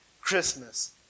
Christmas